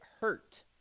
hurt